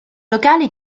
locale